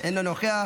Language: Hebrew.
אינו נוכח.